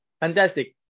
fantastic